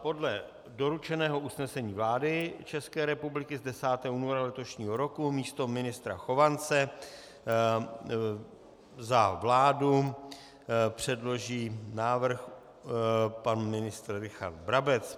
Podle doručeného usnesení vlády České republiky z 10. února letošního roku místo ministra Chovance za vládu předloží návrh pan ministr Richard Brabec.